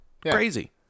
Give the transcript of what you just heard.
Crazy